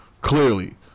clearly